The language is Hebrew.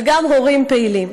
וגם הורים פעילים.